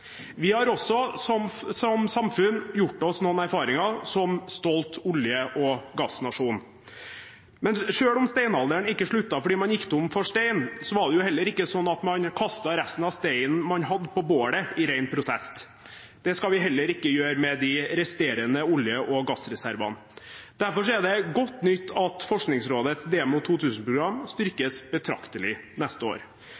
Vi som samfunn har også gjort oss noen erfaringer som stolt olje- og gassnasjon. Selv om steinalderen ikke sluttet fordi man gikk tom for stein, var det heller ikke slik at man kastet resten av steinen man hadde, på bålet i ren protest. Det skal vi heller ikke gjøre med de resterende olje- og gassreservene. Derfor er det godt nytt at Forskningsrådets Demo 2000-program styrkes betraktelig neste år